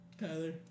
Tyler